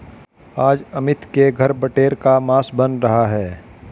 आज अमित के घर बटेर का मांस बन रहा है